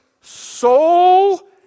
soul